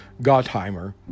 Gottheimer